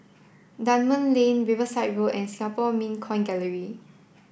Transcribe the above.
Dunman Lane Riverside Road and Singapore Mint Coin Gallery